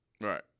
Right